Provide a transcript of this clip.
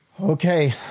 Okay